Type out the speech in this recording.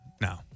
No